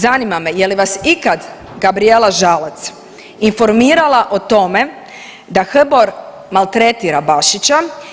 Zanima me je li vas ikada Gabrijela Žalac informirala o tome da HBOR maltretira Bašića?